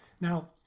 Now